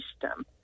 system